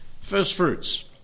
firstfruits